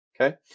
Okay